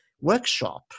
workshop